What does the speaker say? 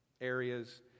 areas